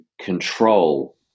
control